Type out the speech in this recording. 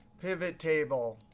pivot table,